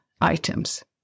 items